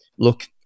Look